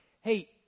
hey